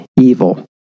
evil